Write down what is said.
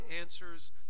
answers